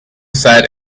sat